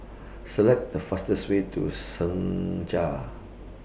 Select The fastest Way to Senja